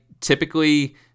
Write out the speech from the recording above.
typically